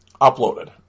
uploaded